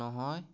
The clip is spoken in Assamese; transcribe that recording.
নহয়